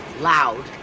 Loud